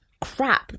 crap